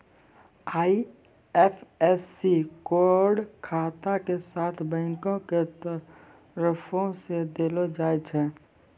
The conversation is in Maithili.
आई.एफ.एस.सी कोड खाता के साथे बैंको के तरफो से देलो जाय छै